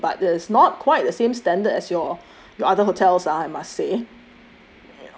should be the same but that is not quite the same standard as your your other hotels ah I must say